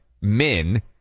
men